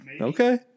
Okay